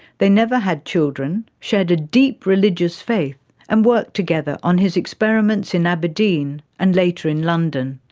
they never had children, shared a deep religious faith and worked together on his experiments in aberdeen and later in london.